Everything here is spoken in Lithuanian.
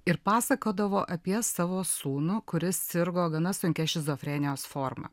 ir pasakodavo apie savo sūnų kuris sirgo gana sunkia šizofrenijos forma